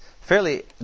Fairly